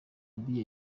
abiy